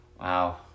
Wow